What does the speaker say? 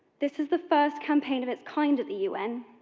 this is the first campaign of its kind at the un.